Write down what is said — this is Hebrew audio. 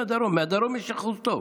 מהדרום יש אחוז טוב,